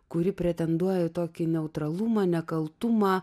kuri pretenduoja į tokį neutralumą nekaltumą